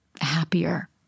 happier